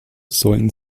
sollen